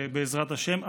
בעזרת השם.